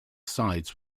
sides